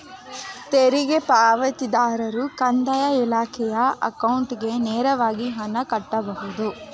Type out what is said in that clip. ತೆರಿಗೆ ಪಾವತಿದಾರರು ಕಂದಾಯ ಇಲಾಖೆಯ ಅಕೌಂಟ್ಗೆ ನೇರವಾಗಿ ಹಣ ಕಟ್ಟಬಹುದು